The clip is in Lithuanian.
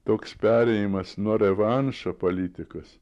toks perėjimas nuo revanšo politikos